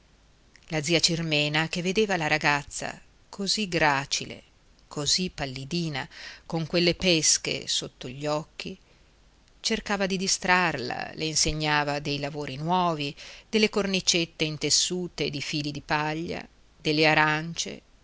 la zia cirmena che vedeva la ragazza così gracile così pallidina con quelle pesche sotto gli occhi cercava di distrarla le insegnava dei lavori nuovi delle cornicette intessute di fili di paglia delle arance